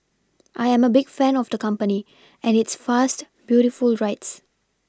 I am a big fan of the company and its fast beautiful rides